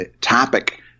topic